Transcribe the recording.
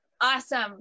Awesome